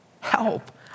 help